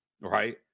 right